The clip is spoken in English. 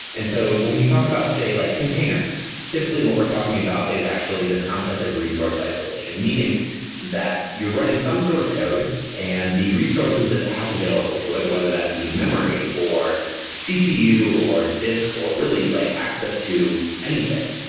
and so when we talk about, say, like containers. typically, what we're talking about is actually this concept of resource isolation. meaning that you're running some sort of code and the resources it has available to it, whether that'd be memory, or cpu, or disk, or really like access to anything.